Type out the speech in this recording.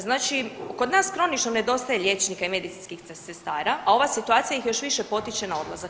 Znači kod nas kronično nedostaje liječnika i medicinskih sestara, a ova situacija ih još više potiče na odlazak.